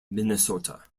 minnesota